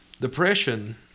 Depression